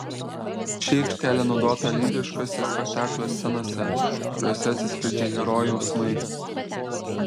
ši aikštelė naudota lyriškose spektaklio scenose kuriose atsiskleidžia herojų jausmai